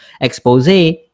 expose